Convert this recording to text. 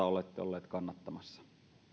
olette olleet kannattamassa